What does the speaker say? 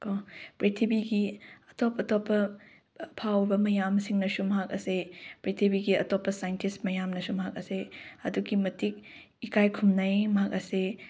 ꯀꯣ ꯄ꯭ꯔꯤꯊꯤꯕꯤꯒꯤ ꯑꯇꯣꯞ ꯑꯇꯣꯞꯄ ꯑꯐꯥꯎꯕ ꯃꯌꯥꯝꯁꯤꯡꯅꯁꯨ ꯃꯍꯥꯛ ꯑꯁꯦ ꯄ꯭ꯔꯤꯊꯤꯕꯤꯒꯤ ꯑꯇꯣꯞꯄ ꯁꯥꯏꯟꯇꯤꯁ ꯃꯌꯥꯝꯅꯁꯨ ꯃꯍꯥꯛ ꯑꯁꯦ ꯑꯗꯨꯛꯀꯤ ꯃꯇꯤꯛ ꯏꯀꯥꯏ ꯈꯨꯝꯅꯩ ꯃꯍꯥꯛ ꯑꯁꯤ